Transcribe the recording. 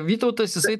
vytautas jisai